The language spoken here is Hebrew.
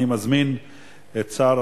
אני מזמין את שר